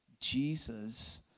Jesus